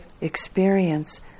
experience